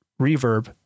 reverb